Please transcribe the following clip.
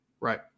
Right